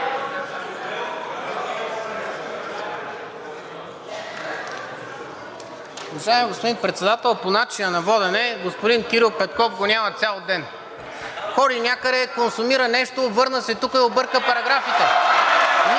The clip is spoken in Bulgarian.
господин Председател, по начина на водене. Господин Кирил Петков го няма цял ден. Ходи някъде, консумира нещо, върна се тук и обърка параграфите.